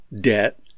debt